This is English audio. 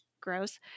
gross